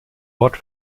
ort